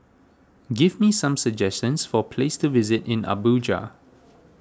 give me some suggestions for places to visit in Abuja